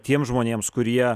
tiems žmonėms kurie